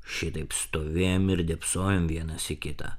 šitaip stovėjom ir dėbsojom vienas į kitą